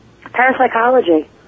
Parapsychology